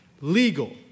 legal